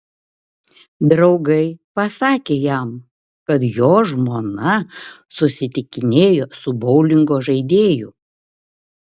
draugai pasakė jam kad jo žmona susitikinėjo su boulingo žaidėju